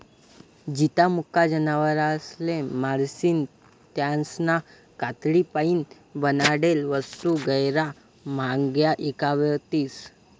जित्ता मुका जनावरसले मारीसन त्यासना कातडीपाईन बनाडेल वस्तू गैयरा म्हांग्या ईकावतीस